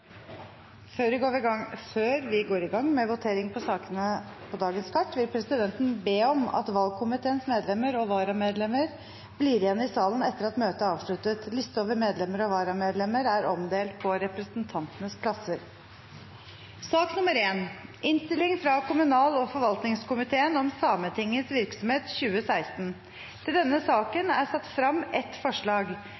Før vi går i gang med voteringen, vil presidenten be om at valgkomiteens medlemmer og varamedlemmer blir igjen i salen etter at møtet er avsluttet. Liste over medlemmer og varamedlemmer er omdelt på representantenes plasser. Da er vi klare til å gå til votering. Under debatten har Stein Erik Lauvås satt frem et forslag på vegne av Arbeiderpartiet, Senterpartiet og